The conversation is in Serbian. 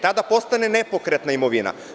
Tada postane nepokretna imovina.